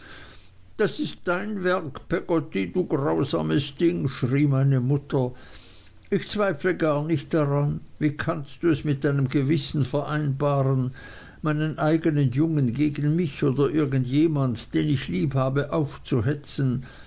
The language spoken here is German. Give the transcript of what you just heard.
das ist dein werk peggotty du grausames ding schrie meine mutter ich zweifle gar nicht daran wie kannst du es mit deinem gewissen vereinbaren meinen eignen jungen gegen mich oder irgend jemand den ich lieb habe aufzuhetzen